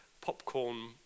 popcorn